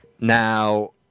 Now